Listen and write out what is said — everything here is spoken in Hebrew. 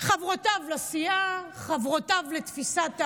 חברותיו לסיעה, חברותיו לתפיסת העולם,